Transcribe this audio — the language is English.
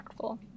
impactful